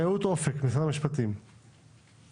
רעות אופק ממשרד המשפטים, בבקשה.